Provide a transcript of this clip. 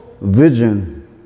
vision